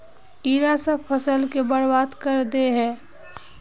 कीड़ा सब फ़सल के बर्बाद कर दे है?